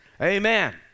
Amen